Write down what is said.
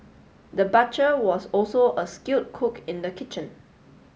the butcher was also a skilled cook in the kitchen